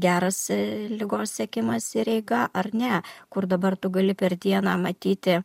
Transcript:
geras ligos sekimas ir eiga ar ne kur dabar tu gali per dieną matyti